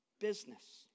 business